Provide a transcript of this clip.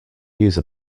use